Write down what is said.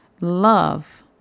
love